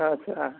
ᱟᱪᱪᱷᱟ